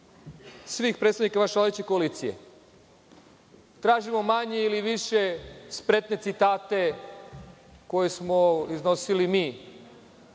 svih predstavnika vaše vladajuće koalicije, tražimo manje ili više spretne citate koje smo iznosili mi,